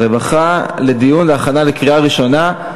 הרווחה והבריאות לדיון להכנה לקריאה ראשונה.